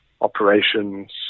operations